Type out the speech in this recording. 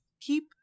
keep